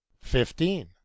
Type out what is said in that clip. Fifteen